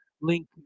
link